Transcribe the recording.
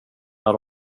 när